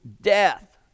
death